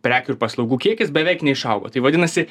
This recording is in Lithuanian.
prekių ir paslaugų kiekis beveik neišaugo tai vadinasi